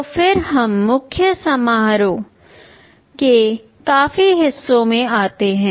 तो फिर हम मुख्य समारोह के बाकी हिस्सों में आते हैं